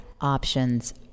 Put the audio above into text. options